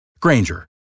Granger